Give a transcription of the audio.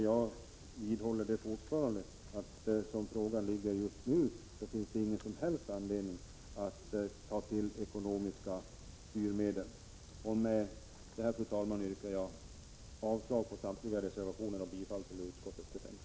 Jag vidhåller fortfarande att som frågan ligger just nu finns det ingen som helst anledning att ta till ekonomiska styrmedel. Med detta, fru talman, yrkar jag avslag på samtliga reservationer och bifall till utskottets hemställan.